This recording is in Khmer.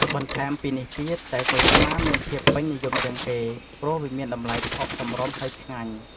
បន្ថែមពីនេះទៀត តែក្រូចឆ្មាមានភាពពេញនិយមជាងគេ ព្រោះវាមានតម្លៃថោកសមរម្យហើយឆ្ងាញ់។